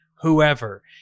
whoever